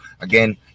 again